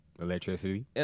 electricity